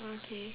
okay